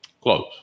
close